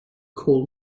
call